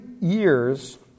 years